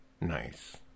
Nice